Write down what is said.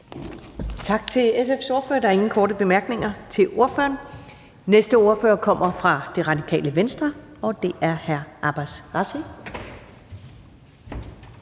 Tak til SF's ordfører. Der er ingen korte bemærkninger til ordføreren. Næste ordfører kommer fra Radikale Venstre, og det er hr. Abbas Razvi.